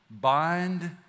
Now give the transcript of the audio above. Bind